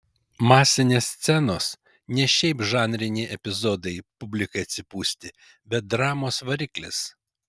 masinės scenos ne šiaip žanriniai epizodai publikai atsipūsti bet dramos variklis